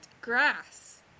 Grass